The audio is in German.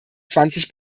zwanzig